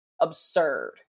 absurd